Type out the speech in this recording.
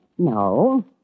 No